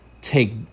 take